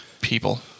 people